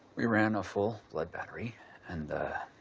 we ran a full blood battery and, ah.